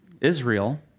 Israel